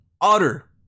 utter